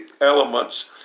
elements